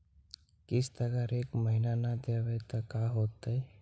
किस्त अगर एक महीना न देबै त का होतै?